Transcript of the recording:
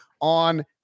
on